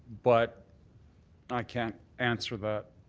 but i can't answer that.